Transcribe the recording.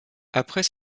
après